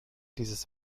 dieses